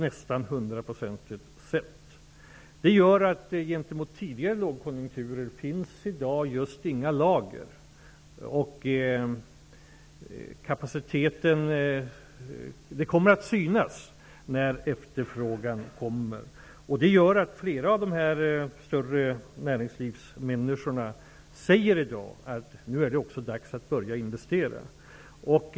Det gör att det nu i motsats till vad som varit fallet under tidigare lågkonjunkturer just inte finns några lager. Detta kommer också att synas när efterfrågan kommer. Det gör att flera av de tongivande näringslivsmännen säger att det nu är dags att börja investera.